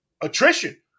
attrition